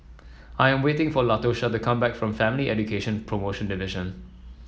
I am waiting for Latosha to come back from Family Education Promotion Division